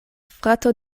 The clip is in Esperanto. frato